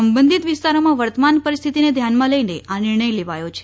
સંબધિત વિસ્તારોમાં વર્તમાન પરિસ્થિતિને ધ્યાનમાં લઈને આ નિર્ણય લેવાયો છે